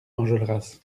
enjolras